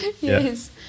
Yes